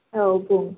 औ बुं